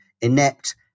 inept